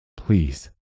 Please